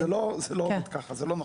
זה לא עובד ככה, זה לא נכון.